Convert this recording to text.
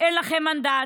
להודיעכם,